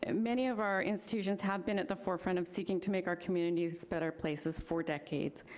and many of our institutions have been at the forefront of seeking to make our communities better places for decades.